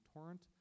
Torrent